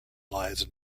lies